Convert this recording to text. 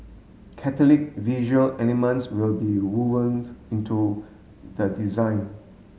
Catholic visual elements will be wovened into the design